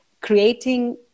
creating